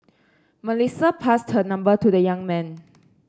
Melissa passed her number to the young man